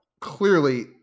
clearly